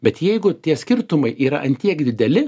bet jeigu tie skirtumai yra ant tiek dideli